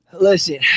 Listen